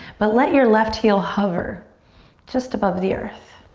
but let your left heel hover just above the earth.